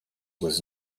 was